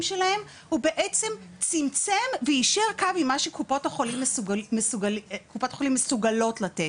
שלהם הוא בעצם צמצם ויישר קו עם מה שקופות החולים מסוגלות לתת.